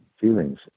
feelings